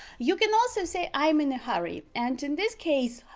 you can also say i'm in a hurry and in this case,